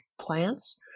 plants